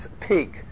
peak